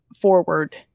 forward